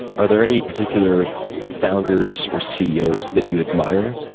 are there any particular founders or ceos that you admire?